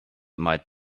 might